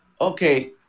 okay